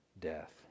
death